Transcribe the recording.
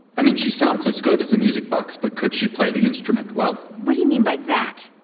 i mean, she sounds as good as a music box, but could she play the instrument well? what do you mean by that?